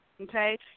okay